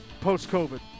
post-COVID